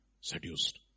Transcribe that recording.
seduced